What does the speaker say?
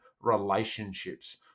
relationships